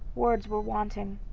words were wanting.